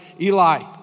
Eli